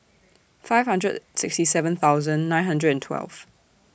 five hundred sixty seven thousand nine hundred and twelve